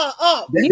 up